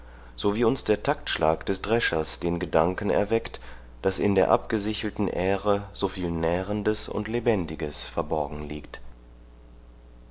so wie uns der taktschlag des dreschers den gedanken erweckt daß in der